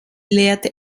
lehrte